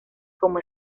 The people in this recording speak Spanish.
como